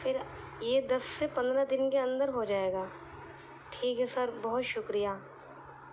پھر یہ دس سے پندرہ دن کے اندر ہو جائے گا ٹھیک ہے سر بہت شکریہ